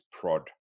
prod